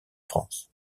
france